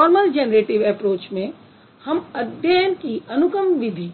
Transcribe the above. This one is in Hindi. फॉर्मल जैनैरेटिव ऐप्रोच में हम अध्ययन की अनुगम विधि